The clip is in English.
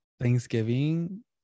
Thanksgiving